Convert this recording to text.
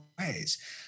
ways